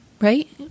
right